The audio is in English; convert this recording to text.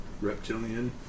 reptilian